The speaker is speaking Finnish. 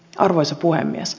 arvoisa puhemies